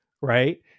right